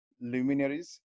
luminaries